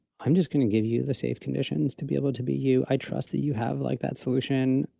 i'm just going to give you the safe conditions to be able to be you i trust that you have like that solution,